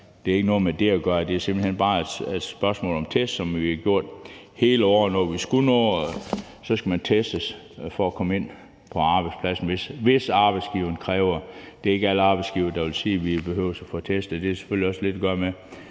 Det har ikke noget med det at gøre; det er simpelt hen bare et spørgsmål om test, som vi har haft hele året, når vi skulle noget – man skal også testes for at komme ind på arbejdspladsen, hvis arbejdsgiveren kræver det. Det er ikke alle arbejdsgivere, der vil sige, at man behøver at blive testet. Det har selvfølgelig også lidt at gøre med,